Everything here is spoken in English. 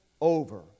over